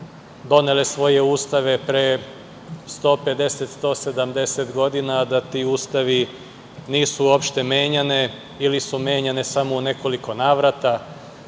donele svoje ustave pre 150, 170 godina, a da ti ustavi nisu uopšte menjani ili su menjani samo u nekoliko navrata.